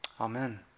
amen